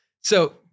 So-